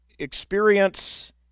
experience